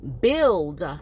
Build